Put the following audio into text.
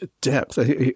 depth